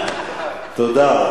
תודה.